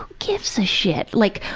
who gives a shit? like,